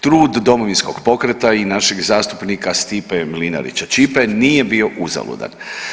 Trud Domovinskog pokreta i našeg zastupnik Stipe Mlinarića Ćipe nije bio uzaludan.